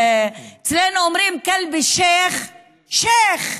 אצלנו אומרים: כלב א-שיח' שיח'.